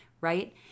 right